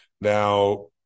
Now